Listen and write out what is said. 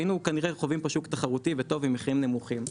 היינו ככל הנראה חווים פה שוק תחרותי וטוב עם מחירים נמוכים.